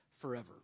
forever